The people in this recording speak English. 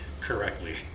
Correctly